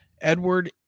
Edward